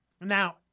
Now